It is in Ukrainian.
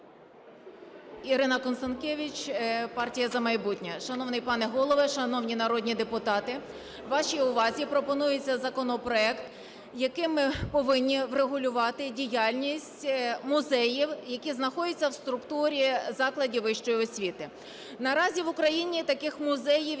Ірина Констанкевич, партія "За майбутнє". Шановний пане Голово, шановні народні депутати, вашій увазі пропонується законопроект, яким повинні врегулювати діяльність музеїв, які знаходяться в структурі закладів вищої освіти. Наразі в Україні таких музеїв